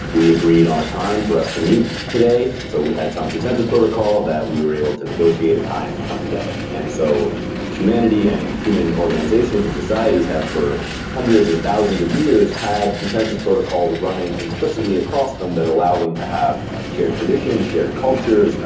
we agreed on a time for us to meet today. so we had some consensus protocol that we were able to negotiate a time to come together. and so humanity and human organizations and societies have, for hundreds or thousands of years, had consensus protocol running implicitly across them that allow them to have shared tradition, shared cultures,